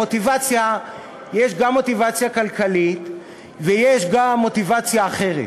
יש גם מוטיבציה כלכלית ויש גם מוטיבציה אחרת.